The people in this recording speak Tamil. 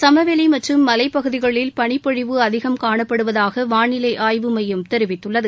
சமவெளி மற்றும் மலைப் பகுதிகளில் பனிப்பொழிவு அதிகம் காணப்படுவதாக வாளிலை ஆய்வு மையம் தெரிவித்துள்ளது